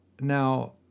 Now